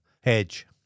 Hedge